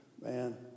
man